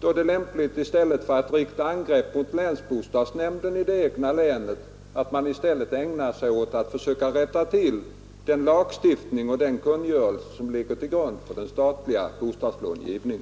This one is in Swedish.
Då är det väl lämpligt att inte rikta angrepp mot länsbostadsnämnden i det egna länet utan i stället ägna sig åt att försöka ändra den lagstiftning och den kungörelse som ligger till grund för den statliga bostadslångivningen.